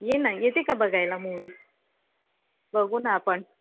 ये ना येते का बघायला मूवी बघू ना आपण